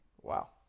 Wow